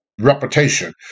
reputation